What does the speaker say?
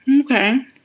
Okay